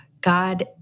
God